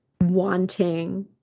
wanting